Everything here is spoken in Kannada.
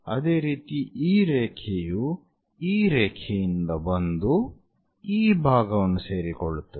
ಅದೇ ರೀತಿ ಈ ರೇಖೆಯು ಈ ರೇಖೆಯಿಂದ ಬಂದು ಈ ಭಾಗವನ್ನು ಸೇರಿಕೊಳ್ಳುತ್ತದೆ